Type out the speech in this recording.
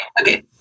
Okay